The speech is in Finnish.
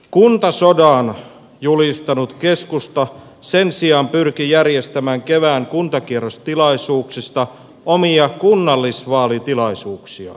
kuntasodan julistanut keskusta sen sijaan pyrki järjestämään kevään kuntakierrostilaisuuksista omia kunnallisvaalitilaisuuksiaan